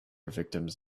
victims